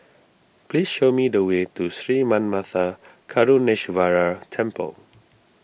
please show me the way to Sri Manmatha Karuneshvarar Temple